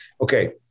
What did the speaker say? Okay